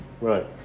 right